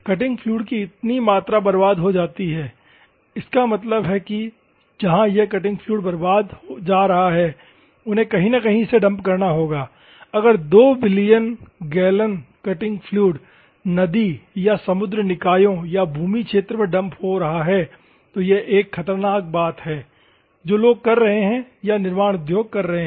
cutting fluid की इतनी मात्रा बर्बाद हो जाती है इसका मतलब है कि जहां यह कटिंग फ्लूइड बर्बाद जा रहा है उन्हें कहीं न कहीं इसे डंप करना होगा अगर 2 बिलियन गैलन कटिंग फ्लूइड नदी या समुद्री निकायों या भूमि क्षेत्रों में डंप हो रहा है तो यह एक खतरनाक बात है जो लोग कर रहे हैं या निर्माण उद्योग कर रहे हैं